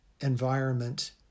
environment